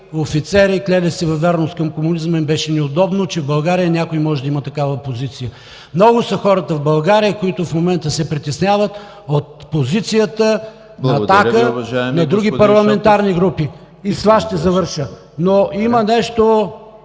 офицери, клели се във вярност към комунизма, им беше неудобно, че в България някой може да има такава позиция. Много са хората в България, които в момента се притесняват от позицията на „Атака“, на други парламентарни групи. ПРЕДСЕДАТЕЛ ЕМИЛ ХРИСТОВ: